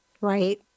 right